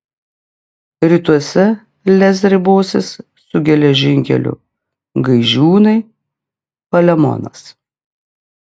rytuose lez ribosis su geležinkeliu gaižiūnai palemonas